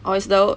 orh it's the